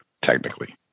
technically